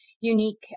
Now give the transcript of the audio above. unique